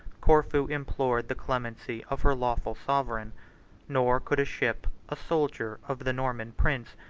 corfu implored the clemency of her lawful sovereign nor could a ship, a soldier, of the norman prince,